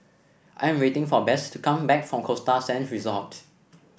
I am waiting for Besse to come back from Costa Sands Resort